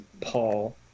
Paul